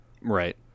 Right